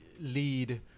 lead